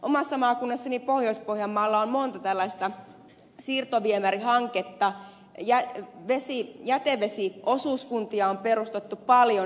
omassa maakunnassani pohjois pohjanmaalla on monta tällaista siirtoviemärihanketta ja jätevesiosuuskuntia on perustettu paljon